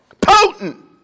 potent